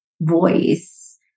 voice